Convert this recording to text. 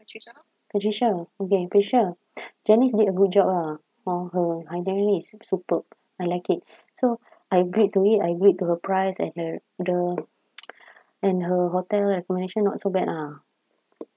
patricia okay patricia janice did a good job ah all her itinerary is superb I like it so I agreed to it I agreed to her price and the the and her hotel recommendation not so bad ah